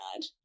god